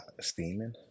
steaming